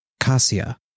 Cassia